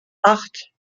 acht